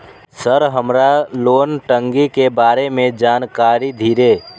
Sir हमरा loan टंगी के बारे में जान कारी धीरे?